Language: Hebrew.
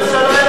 ראש הממשלה יצא,